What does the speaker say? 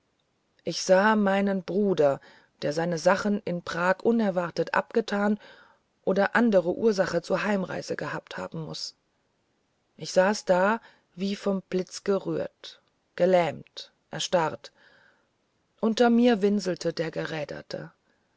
ich sah meinen bruder der seine sachen in prag unerwartet abgetan oder andere ursachen zur heimreise gehabt haben mußte ich saß da wie vom blitz gerührt gelähmt erstarrt unter mir winselte der geräderte